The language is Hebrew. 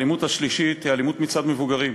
האלימות השלישית היא האלימות מצד מבוגרים,